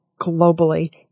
globally